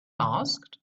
asked